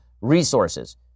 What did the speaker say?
resources